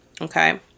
Okay